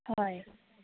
হয়